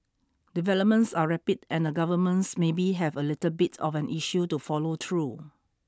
developments are rapid and the governments maybe have a little bit of an issue to follow through